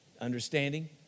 understanding